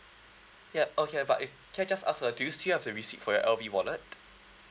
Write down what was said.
ya okay but err can I just ask ah do you still have the receipt for your L_V wallet